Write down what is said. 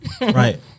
right